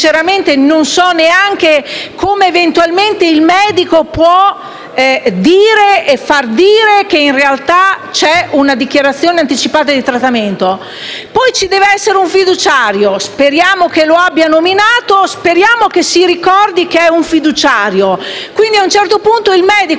possa affermare che c'è una dichiarazione anticipata di trattamento. Poi deve esserci un fiduciario. Speriamo che l'abbia nominato e che egli si ricordi di essere un fiduciario. Quindi, ad un certo punto, il medico del pronto soccorso deve chiamare immediatamente questo soggetto che, forse